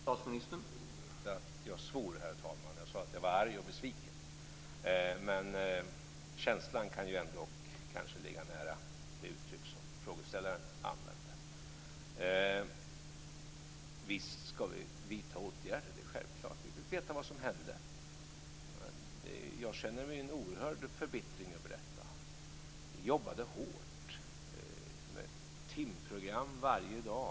Herr talman! Jag tror inte att jag svor. Jag sade att jag var arg och besviken, men känslan kan ändock ligga nära det uttryck som frågeställaren använde. Visst ska vi vidta åtgärder, det är självklart. Vi vill veta vad som hände. Jag känner en oerhörd förbittring över detta. Vi jobbade hårt med timprogram varje dag.